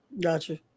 Gotcha